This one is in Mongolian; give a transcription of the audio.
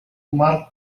мал